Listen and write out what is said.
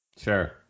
Sure